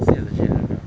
see ah legit eh